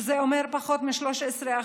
וזה אומר פחות מ-13%,